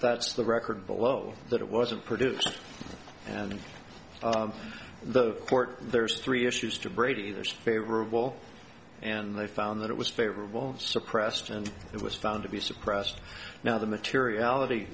that's the record below that it wasn't produced and the court there's three issues to brady there's favorable and they found that it was favorable suppressed and it was found to be suppressed now the materiality